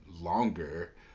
longer